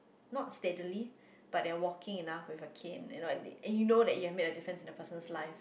not steadily but they're walking enough with a cane you know at the and you know you have made a difference in the person's life